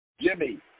Jimmy